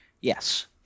Yes